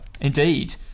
indeed